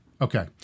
Okay